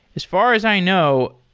as far as i know,